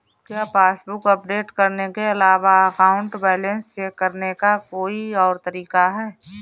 क्या passbook update करने के अलावा अकाउंट बैलेंस चेक करने का कोई और तरीका है?